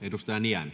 [Speech 103]